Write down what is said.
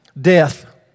Death